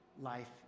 life